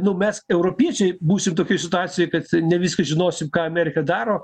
nu mes europiečiai būsim tokioj situacijoj kad ne viską žinosim ką amerika daro